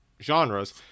genres